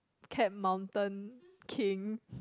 cat mountain king